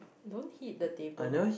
don't hit the table